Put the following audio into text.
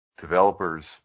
developers